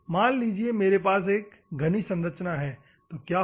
मान लेते हैं मेरे पास एक घनी संरचना है क्या होगा